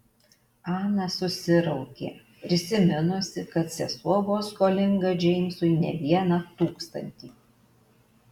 ana susiraukė prisiminusi kad sesuo buvo skolinga džeimsui ne vieną tūkstantį